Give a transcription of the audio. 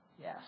Yes